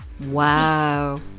Wow